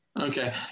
Okay